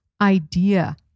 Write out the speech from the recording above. idea